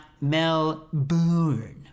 melbourne